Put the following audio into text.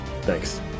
Thanks